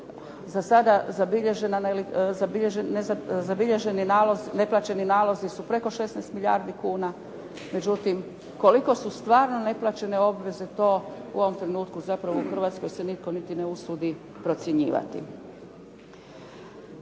nalazi, neplaćeni nalazi su preko 16 milijardi kuna. Međutim, koliko su stvarno neplaćene obveze to u ovom trenutku zapravo u Hrvatskoj se nitko niti ne usudi procjenjivati.